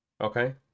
Okay